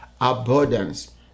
abundance